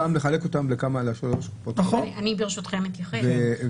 ברשותכם, אני אתייחס.